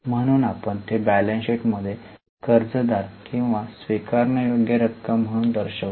म्हणून आपण ते बैलन्स शीटमध्ये कर्जदार किंवा स्वीकारण्यायोग्य रक्कम म्हणून दर्शवितो